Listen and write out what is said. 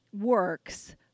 works